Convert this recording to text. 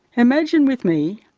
imagine with me,